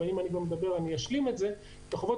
אבל אם אני כבר מדבר אני אשלים את זה: את החובות